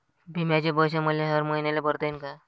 बिम्याचे पैसे मले हर मईन्याले भरता येईन का?